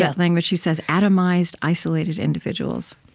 but language, she says, atomized, isolated individuals.